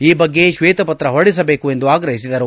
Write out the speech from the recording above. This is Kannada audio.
ಈ ಬಗ್ಗೆ ಕ್ಷೇತಪತ್ರ ಹೊರಡಿಸಬೇಕು ಎಂದು ಆಗ್ರಹಿಸಿದರು